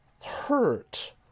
hurt